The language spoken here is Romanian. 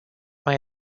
mai